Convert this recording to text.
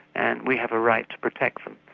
and we have a right to protect them.